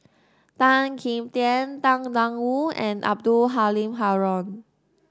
Tan Kim Tian Tang Da Wu and Abdul Halim Haron